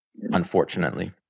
unfortunately